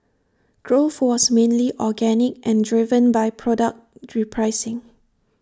growth was mainly organic and driven by product repricing